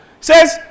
says